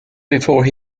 before